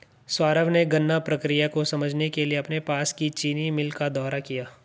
सौरभ ने गन्ना प्रक्रिया को समझने के लिए अपने पास की चीनी मिल का दौरा किया